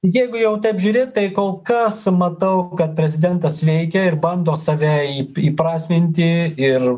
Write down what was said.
jeigu jau taip žiūri tai kol kas matau kad prezidentas veikia ir bando save įp įprasminti ir